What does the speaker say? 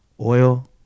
oil